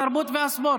התרבות והספורט.